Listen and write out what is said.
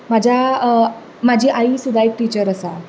म्हाज्या म्हाजी आई सुद्दां एक टिचर आसा